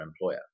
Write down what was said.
employer